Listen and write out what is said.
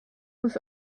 was